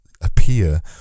appear